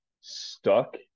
stuck